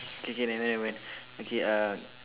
K K nevermind nevermind okay ah